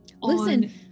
listen